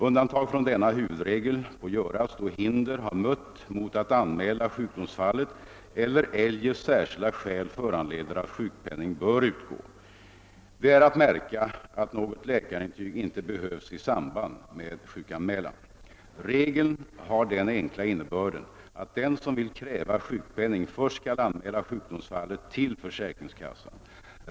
Undantag från denna huvudregel får göras då hinder har mött mot att anmäla sjukdomsfallet eller eljest särskilda skäl föranleder att sjukpenning bör utgå. Det är att märka att något läkarintyg inte behövs i samband med sjukanmälan. Regeln har den enkla innebörden att den som vill kräva sjukpenning först skall anmäla sjukdomsfallet till försäkringskassan.